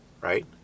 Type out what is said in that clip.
right